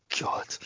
God